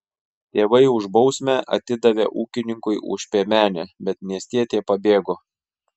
tėvai už bausmę atidavė ūkininkui už piemenę bet miestietė pabėgo